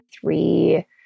three